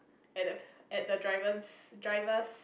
at the at the driver's driver's